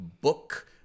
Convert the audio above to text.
book